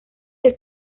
que